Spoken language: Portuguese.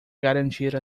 garantir